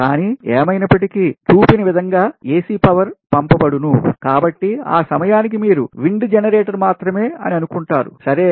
కానీ ఏమైనప్పటికీ చూపిన విధంగా AC పవర్ పంపబడును కాబట్టి ఆ సమయానికి మీరు wind generator మాత్రమే అని అనుకుంటారు సరే